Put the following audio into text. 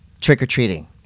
trick-or-treating